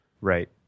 Right